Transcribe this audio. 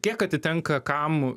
kiek atitenka kam